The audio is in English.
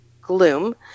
Gloom